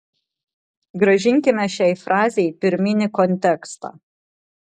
grąžinkime šiai frazei pirminį kontekstą